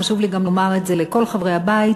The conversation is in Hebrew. וחשוב לי גם לומר את זה לכל חברי הבית,